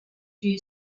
few